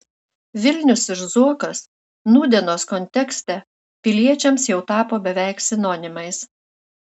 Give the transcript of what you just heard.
vilnius ir zuokas nūdienos kontekste piliečiams jau tapo beveik sinonimais